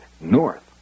north